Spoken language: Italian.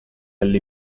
alle